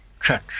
church